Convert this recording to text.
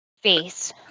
face